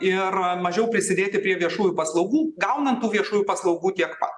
ir mažiau prisidėti prie viešųjų paslaugų gaunant tų viešųjų paslaugų tiek pat